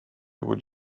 would